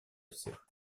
всех